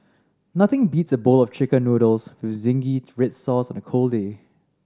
nothing beats a bowl of Chicken Noodles with zingy red sauce on a cold day